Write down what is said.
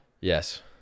yes